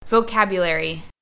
Vocabulary